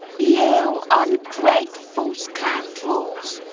you ungrateful scoundrels,